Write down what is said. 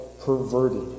perverted